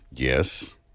Yes